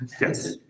Yes